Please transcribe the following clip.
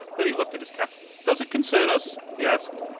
then he looked at his captain. does it concern us? he asked.